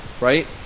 right